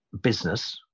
business